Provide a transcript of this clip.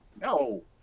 No